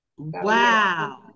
Wow